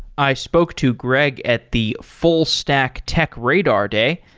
i spoke to greg at the fullstack tech radar day,